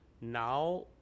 now